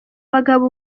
bagabo